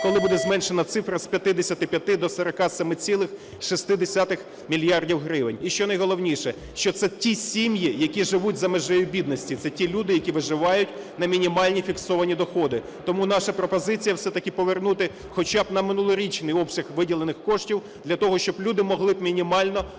коли буде зменшена цифра з 55 до 47,6 мільярда гривень. І, що найголовніше, що це ті сім'ї, які живуть за межею бідності, це ті люди, які виживають на мінімальні фіксовані доходи. Тому наша пропозиція все-таки повернути хоча б на минулорічний обсяг виділених коштів для того, щоб люди могли б мінімально покрити